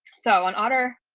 so in order,